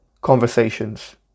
conversations